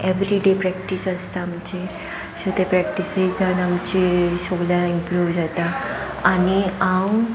everyday practice आसता म्हणजे so ते प्रॅक्टीसे सावन आमची सोगल्यां इम्प्रूव जाता आनी हांव